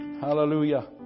Hallelujah